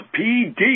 PD